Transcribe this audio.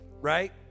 right